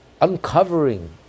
Uncovering